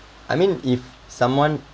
I mean if someone